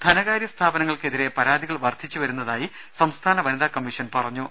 ധനകാര്യ സ്ഥാപനങ്ങൾക്ക് എതിരെ പരാതികൾ വർധിച്ചുവരുന്നതായി സംസ്ഥാന വനിതാ കമ്മീഷൻ പറഞ്ഞു